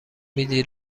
میدی